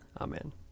Amen